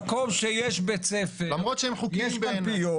במקום שיש בית ספר יש קלפיות.